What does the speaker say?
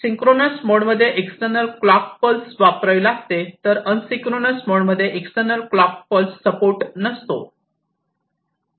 synchronous mode मध्ये external clock pulse वापरावी लागते तर एसिन्क्रोनस मोड मध्ये एक्स्टर्नल क्लॉक पल्स सपोर्ट नसतो